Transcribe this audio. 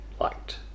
liked